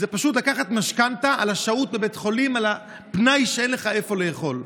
זה פשוט לקחת משכנתה על השהות בבית חולים בגלל שאין איפה לאכול.